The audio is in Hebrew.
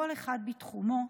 כל אחד בתחומו,